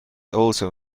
also